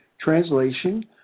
translation